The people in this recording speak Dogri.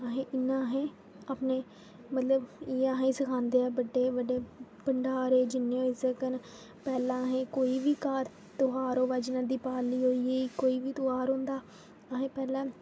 अहें इ'यां अहें अपने मतलब इ'यां अहे्ं ई सखांदे ऐ बड्डे बड्डे भंडारे जि'न्ने होई सकन पैह्लें अहे्ं कोई बी ध्यार होऐ जि'यां दिवाली होई कोई बी ध्यार होंदा अहे्ं पैह्ले